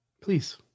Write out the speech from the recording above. Please